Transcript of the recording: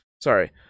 sorry